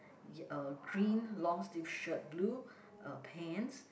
a green long sleeve shirt blue uh pants